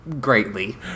greatly